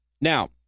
Now